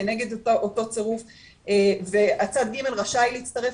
כנגד אותו צירוף והצד ג' ראשי להצטרף,